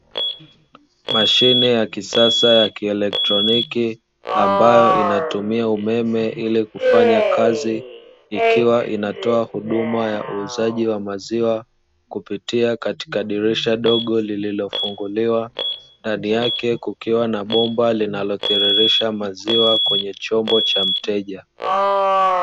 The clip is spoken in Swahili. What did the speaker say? Mashine ya kisasa ya kielektroniki, ambayo inatumia umeme ili kufanya kazi ikiwa inatoa huduma ya uuzaji wa maziwa kupitia katika dirisha dogo lililofunguliwa, ndani yake kukiwa na bomba linalotiririsha maziwa kwenye chombo cha mteja.